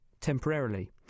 temporarily